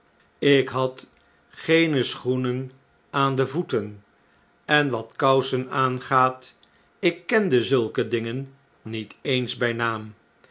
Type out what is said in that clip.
ik had geene schoenen aan de voeten en wat kousen aangaat ik kende zulke dingen niet eens bij naam